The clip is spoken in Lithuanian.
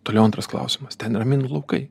toliau antras klausimas ten yra minų laukai